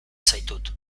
zaitut